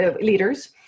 leaders